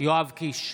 יואב קיש,